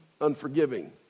unforgiving